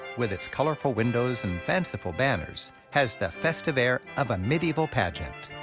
with its colorful windows and fanciful banners, has the festive air of a medieval pageant.